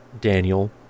Daniel